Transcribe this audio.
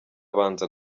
abanza